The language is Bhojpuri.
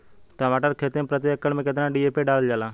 टमाटर के खेती मे प्रतेक एकड़ में केतना डी.ए.पी डालल जाला?